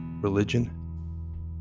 religion